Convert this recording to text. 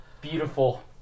beautiful